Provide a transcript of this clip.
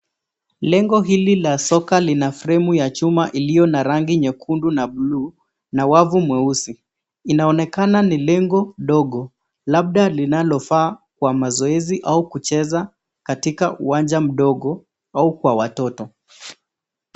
Lengo hili la soka lina fremu ya chuma iliyo na rangi nyekundu na bluu na wavu mweusi, inaonekana ni lengo dogo labda linalofaa kwa mazoezi au kucheza katika uwanja mdogo au kwa watoto.